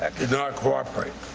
did not cooperate.